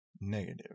negative